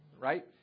right